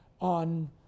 on